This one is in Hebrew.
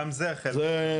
זה,